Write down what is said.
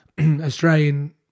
Australian